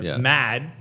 mad